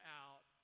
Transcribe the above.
out